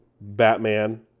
Batman